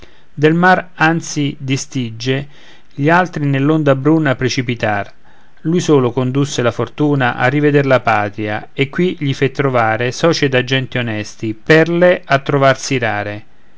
del mar anzi di stige gli altri nell'onda bruna precipitar lui solo condusse la fortuna a riveder la patria e qui gli fe trovare soci ed agenti onesti perle a trovarsi rare